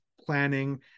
planning